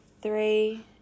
three